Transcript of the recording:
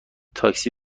تاکسی